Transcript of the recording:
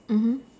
mmhmm